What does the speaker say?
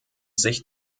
sich